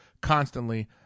constantly